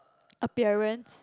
appearance